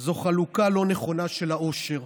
זה חלוקה לא נכונה של העושר,